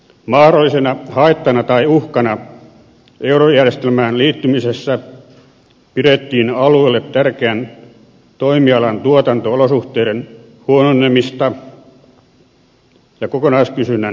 mahdollisena haittana tai uhkana eurojärjestelmään liittymisessä pidettiin alueelle tärkeän toimialan tuotanto olosuhteiden huononemista ja kokonaiskysynnän heikkenemistä